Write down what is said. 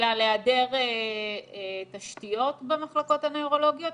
בגלל היעדר תשתיות במחלקות הנוירולוגיות?